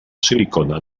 silicona